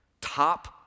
Top